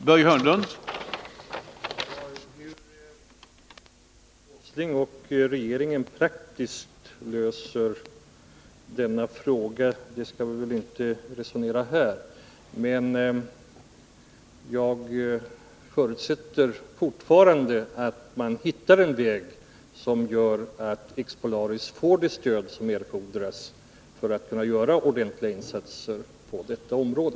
Herr talman! Hur Nils Åsling och regeringen praktiskt löser denna fråga skall vi väl inte resonera om här, men jag förutsätter fortfarande att man hittar en väg som gör att Expolaris får det stöd som erfordras för att företaget skall kunna göra ordentliga insatser på detta område.